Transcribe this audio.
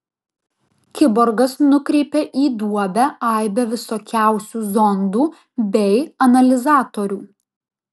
kiborgas nukreipė į duobę aibę visokiausių zondų bei analizatorių